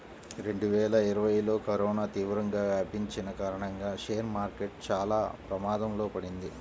రెండువేల ఇరవైలో కరోనా తీవ్రంగా వ్యాపించిన కారణంగా షేర్ మార్కెట్ చానా ప్రమాదంలో పడింది